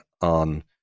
on